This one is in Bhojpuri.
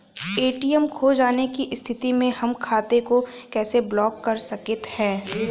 ए.टी.एम खो जाने की स्थिति में हम खाते को कैसे ब्लॉक कर सकते हैं?